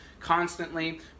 Constantly